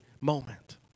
moment